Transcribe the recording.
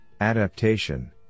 adaptation